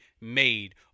made